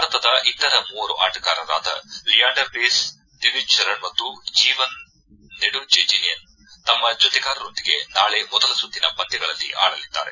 ಭಾರತದ ಇತರ ಮೂವರು ಆಟಗಾರರಾದ ಲಿಯಾಂಡರ್ ಪೇಸ್ ದಿವಿಜ್ ಶರಣ್ ಮತ್ತು ಜೀವನ್ ನೆಡುಚೆಜಿಯನ್ ತಮ್ಮ ಜೊತೆಗಾರರೊಂದಿಗೆ ನಾಳೆ ಮೊದಲ ಸುತ್ತಿನ ಪಂದ್ಯಗಳಲ್ಲಿ ಆಡಲಿದ್ದಾರೆ